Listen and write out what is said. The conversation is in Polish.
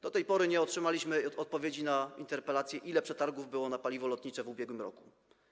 Do tej pory nie otrzymaliśmy odpowiedzi na interpelację, ile przetargów było na paliwo lotnicze w ubiegłym roku.